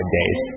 days